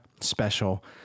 special